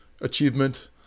achievement